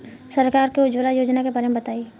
सरकार के उज्जवला योजना के बारे में बताईं?